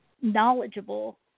knowledgeable